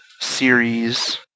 series